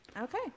Okay